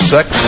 Sex